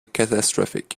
catastrophic